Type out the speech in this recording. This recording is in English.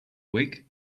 week